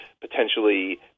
potentially